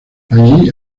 allí